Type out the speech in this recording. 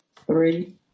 three